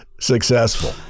successful